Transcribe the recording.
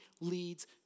leads